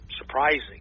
Surprising